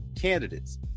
candidates